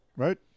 Right